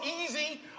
easy